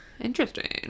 Interesting